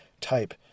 type